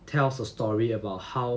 tells a story about how